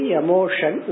emotion